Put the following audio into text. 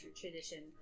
tradition